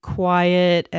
quiet